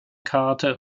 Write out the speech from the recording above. karte